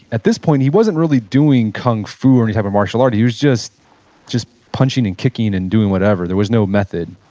at this point, he wasn't really doing kung fu or any type of martial art, he was just just punching and kicking and doing whatever. there was no method,